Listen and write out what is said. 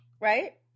right